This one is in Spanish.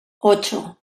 ocho